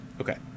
Okay